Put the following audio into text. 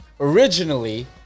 Originally